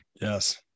Yes